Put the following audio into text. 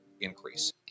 increase